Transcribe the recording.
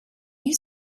you